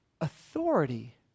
authority